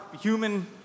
human